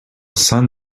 sun